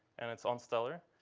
and it's on stellar.